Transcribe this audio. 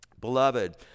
Beloved